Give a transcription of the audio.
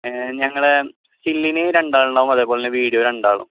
ഏ ഞങ്ങളുടെ സ്റ്റില്ലിന് രണ്ട് ആളുണ്ടാവും അതേപോലെ തന്നെ വീഡിയോ രണ്ടാളും